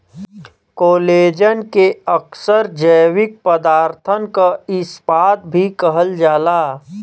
collagen के अक्सर जैविक पदारथन क इस्पात भी कहल जाला